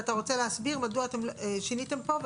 אתה רוצה להסביר מדוע אתם שיניתם פה?